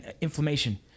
inflammation